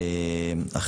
הצבעה לא אושר.